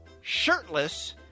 shirtless